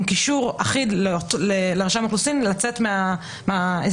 קישור אחיד לרשם האוכלוסין לצאת מההסדר.